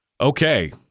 Okay